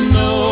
no